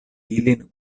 ilin